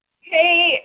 Hey